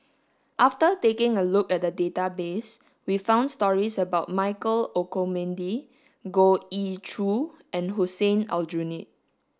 after taking a look at database we found stories about Michael Olcomendy Goh Ee Choo and Hussein Aljunied